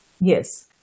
Yes